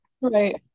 Right